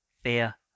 fear